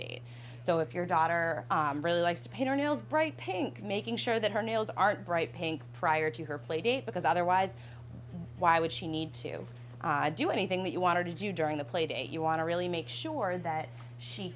date so if your daughter really likes to paint or nails bright pink making sure that her nails aren't bright pink prior to her play date because otherwise why would she need to do anything that you want to do during the playdate you want to really make sure that she